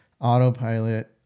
autopilot